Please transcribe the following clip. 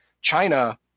China